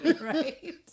Right